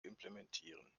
implementieren